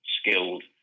skilled